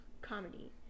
comedy